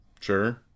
Sure